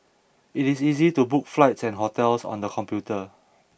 it is easy to book flights and hotels on the computer